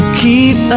keep